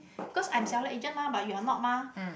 because I am seller agent mah but you are not mah